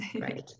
Right